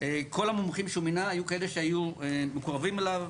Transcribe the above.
כל המומחים שהוא מינה היו כאלה שהיו מקורבים אליו,